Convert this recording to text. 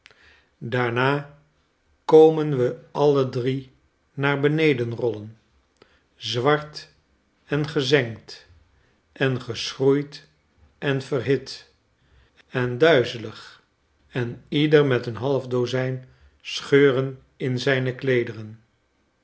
daarna komen we alle drie naar beneden roll en zwart en gezengd en geschroeid en verhit en duizelig en ieder met een half dozijn scheuren in zijne